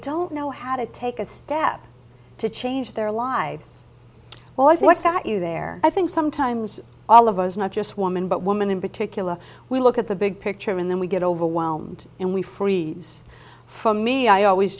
don't know how to take a step to change their lives well i thought that you there i think sometimes all of us not just woman but women in particular we look at the big picture and then we get overwhelmed and we freeze for me i always